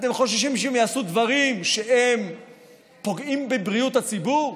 אתם חוששים שהם יעשו דברים שפוגעים בבריאות הציבור?